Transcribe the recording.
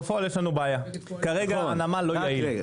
בפועל יש לנו בעיה: כרגע הנמל לא יעיל.